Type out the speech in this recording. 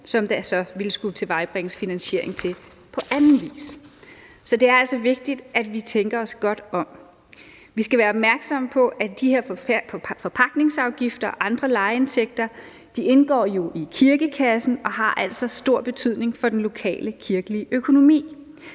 som der så ville skulle tilvejebringes finansiering til på anden vis. Kl. 11:04 Så det er altså vigtigt, at vi tænker os godt om. Vi skal være opmærksomme på, at de her forpagtningsafgifter og andre lejeindtægter jo indgår i kirkekassen og altså har stor betydning for den lokale kirkelige økonomi.